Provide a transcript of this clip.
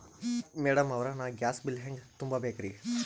Madam ಅವ್ರ, ನಾ gas bill ಹೆಂಗ ತುಂಬಾ ಬೇಕ್ರಿ?